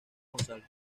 gonzález